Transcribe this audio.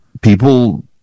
people